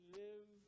live